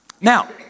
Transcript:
Now